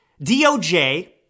DOJ